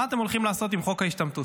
מה אתם הולכים לעשות עם חוק ההשתמטות?